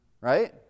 right